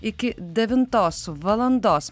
iki devintos valandos